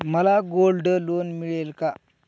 मला gold loan मिळेल का?